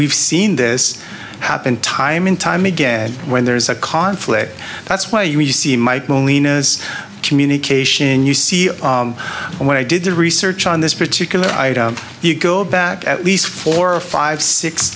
we've seen this happen time and time again when there's a conflict that's why you see my loneliness communication you see when i did the research on this particular item you go back at least four or five six